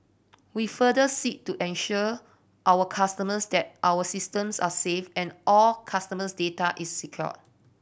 we further seek to assure our customers that our systems are safe and all customers data is secure